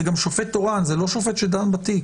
וזה גם שופט תורן ולא שופט שדן בתיק.